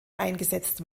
eingesetzt